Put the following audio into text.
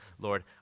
Lord